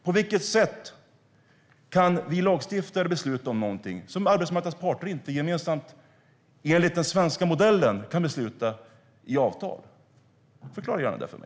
På vilket sätt kan vi lagstiftare besluta om någonting som arbetsmarknadens parter inte gemensamt, enligt den svenska modellen, kan besluta om i avtal? Förklara gärna det för mig!